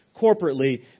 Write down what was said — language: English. corporately